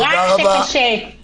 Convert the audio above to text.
רק כשקשה.